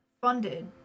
funded